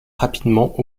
rapidement